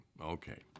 Okay